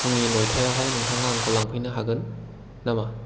फुंनि नयथायावहाय नोंथाङा आंखौ लांफैनो हागोन नामा